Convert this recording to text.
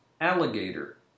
alligator